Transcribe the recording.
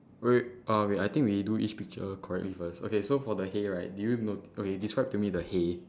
wait wait uh I think we do each picture correctly first okay so for the hay right did you noti~ okay describe to me the hay